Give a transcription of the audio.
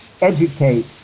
educate